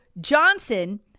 johnson